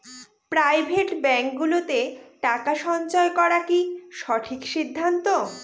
Private ব্যাঙ্কগুলোতে টাকা সঞ্চয় করা কি সঠিক সিদ্ধান্ত?